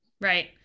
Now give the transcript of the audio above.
Right